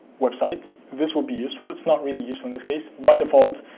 website, this will be useful. it's not really useful in this case. by default,